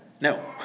No